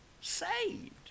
saved